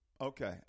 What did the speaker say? Okay